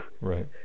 right